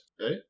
right